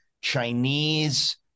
Chinese